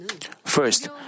First